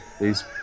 These-